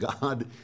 God